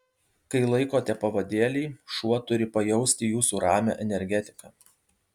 kai laikote pavadėlį šuo turi pajausti jūsų ramią energetiką